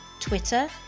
twitter